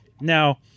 now